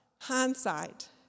Hindsight